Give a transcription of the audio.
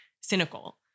cynical